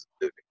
living